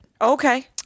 Okay